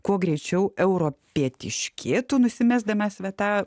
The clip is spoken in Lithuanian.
kuo greičiau europietiškėtų nusimesdamas va tą